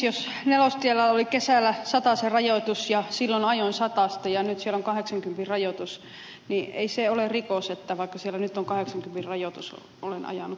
jos nelostiellä oli kesällä satasen rajoitus ja silloin ajoin satasta ja nyt siellä on kahdeksankympin rajoitus niin ei se ole rikos että vaikka siellä nyt on kahdeksankympin rajoitus olen ajanut satasta